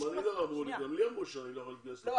גם לי אמרו שאני יכול.